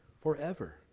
forever